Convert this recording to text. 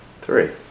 three